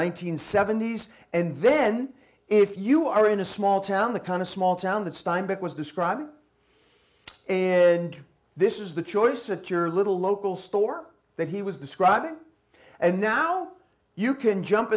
and seventy s and then if you are in a small town the kind of small town that steinbeck was describing and this is the choice of a little local store that he was describing and now you can jump